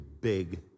big